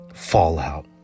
fallout